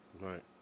Right